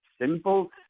simple